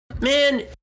Man